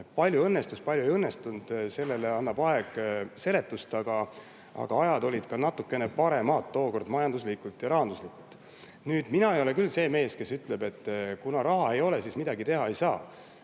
palju õnnestus ja kui palju ei õnnestunud, sellele annab aeg seletust, aga ajad olid tookord ka natukene paremad majanduslikult ja rahanduslikult. Mina ei ole küll see mees, kes ütleb, et kuna raha ei ole, siis midagi teha ei saa.